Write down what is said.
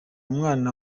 mwana